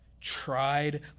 tried